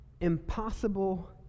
impossible